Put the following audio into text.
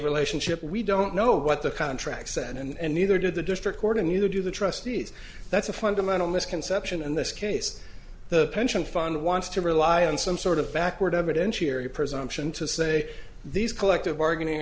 relationship we don't know what the contract said and neither did the district court and you do the trustees that's a fundamental misconception in this case the pension fund wants to rely on some sort of backward evidentiary presumption to say these collective bargaining